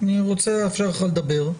אני רוצה לאפשר לך לדבר.